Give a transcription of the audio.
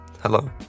hello